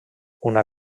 una